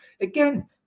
Again